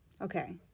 Okay